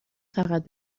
فقط